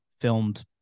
filmed